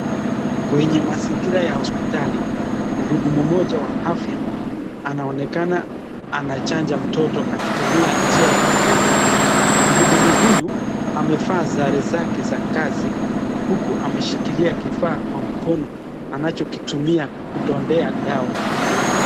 Kwenye mazingira ya hospitali, mhudumu moja wa afya anaonekana anachanja mtoto, akitumia njia ya mdomo. Mhudumu huyu amevaa sare zake za kazi, huku ameshikilia kifaa kwa mkono anachokutumia kudondea dawa kwa mdomo.